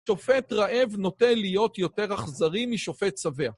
שופט רעב נוטה להיות יותר אכזרי משופט שבע